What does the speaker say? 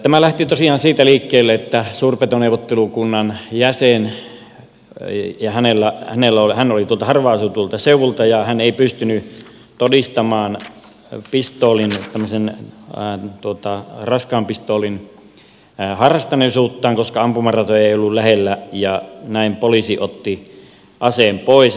tämä lähti tosiaan siitä liikkeelle että suurpetoneuvottelukunnan jäsen hän oli tuolta harvaan asutulta seudulta ei pystynyt todistamaan pistoolin tämmöisen raskaan pistoolin harrastuneisuuttaan koska ampumaratoja ei ollut lähellä ja näin poliisi otti aseen pois